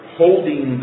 holding